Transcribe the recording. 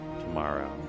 tomorrow